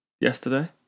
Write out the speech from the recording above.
yesterday